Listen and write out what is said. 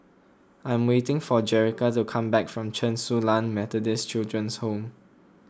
I'm waiting for Jerica to come back from Chen Su Lan Methodist Children's Home